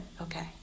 okay